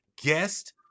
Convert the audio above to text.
guest